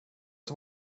att